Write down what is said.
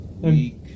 week